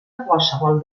qualsevol